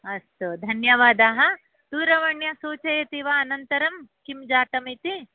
अस्तु धन्यवादाः दूरवाण्या सूचयति वा अनन्तरं किं जातमिति